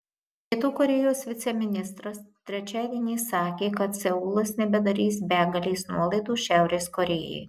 pietų korėjos viceministras trečiadienį sakė kad seulas nebedarys begalės nuolaidų šiaurės korėjai